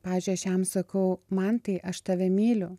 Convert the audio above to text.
pavyzdžiui aš jam sakau mantai aš tave myliu